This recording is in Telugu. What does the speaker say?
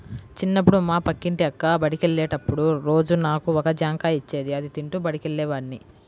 చిన్నప్పుడు మా పక్కింటి అక్క బడికెళ్ళేటప్పుడు రోజూ నాకు ఒక జాంకాయ ఇచ్చేది, అది తింటూ బడికెళ్ళేవాడ్ని